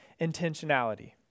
intentionality